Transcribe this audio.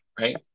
right